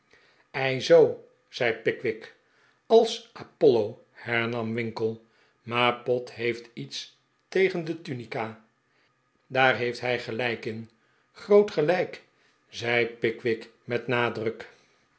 ei zoo zei pickwick als apollo hernam winkle maar pott heeft iets tegen de tunica daar heeft hij gelijk in groot gelijk zei pickwick met nadruk